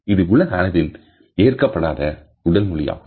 இது உலக அளவில் ஏற்கப்படாத உடலில் மொழியாகும்